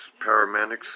paramedics